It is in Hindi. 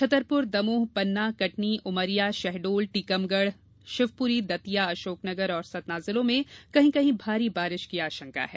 छतरपुर दमोह पन्ना कटनी उमरिया शहडोल टीकमगढ़ शिवपुरी दतिया अशोकनगर और सतना जिलों में कहीं कहीं भारी वर्षा की आशंका है